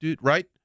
Right